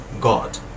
god